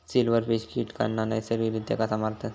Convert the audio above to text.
Silverfish कीटकांना नैसर्गिकरित्या कसा मारतत?